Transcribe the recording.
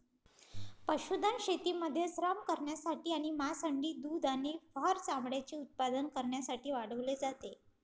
पशुधन शेतीमध्ये श्रम करण्यासाठी आणि मांस, अंडी, दूध आणि फर चामड्याचे उत्पादन करण्यासाठी वाढवले जाते